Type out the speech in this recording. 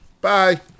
Bye